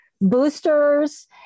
boosters